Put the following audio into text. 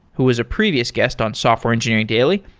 who is a previous guest on software engineering daily.